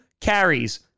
carries